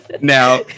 Now